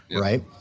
Right